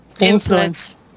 influence